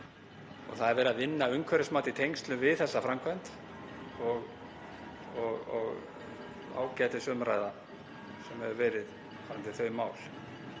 Það er verið að vinna umhverfismat í tengslum við þessa framkvæmd og ágætisumræða hefur verið varðandi þau mál.